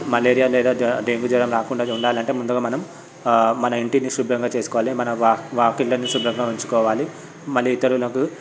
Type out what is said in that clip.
malaria లేదా dengue జ్వరం రాకుండా ఉండాలంటే ముందుగా మనం మన ఇంటిని శుభ్రంగా చేసుకోవాలి మన వాకిళ్లను శుభ్రంగా ఉంచుకోవాలి మళ్ళీ ఇతరులకు